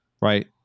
Right